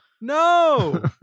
No